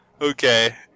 Okay